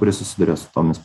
kuris susiduria su tomis